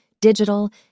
digital